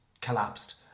collapsed